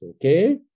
okay